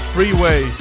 Freeway